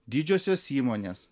didžiosios įmonės